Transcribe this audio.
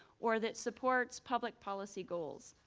or that supports public policy goals.